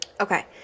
Okay